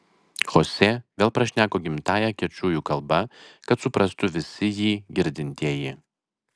chosė vėl prašneko gimtąja kečujų kalba kad suprastų visi jį girdintieji